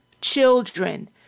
children